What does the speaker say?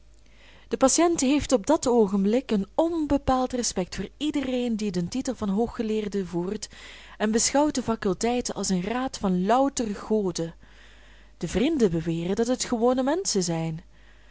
de patiënt heeft op dat oogenblik een onbepaald respect voor iedereen die den titel van hooggeleerde voert en beschouwt de faculteit als een raad van louter goden de vrienden beweren dat het gewone menschen zijn